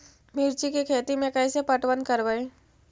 मिर्ची के खेति में कैसे पटवन करवय?